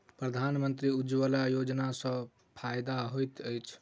प्रधानमंत्री उज्जवला योजना सँ की फायदा होइत अछि?